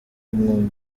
umwuma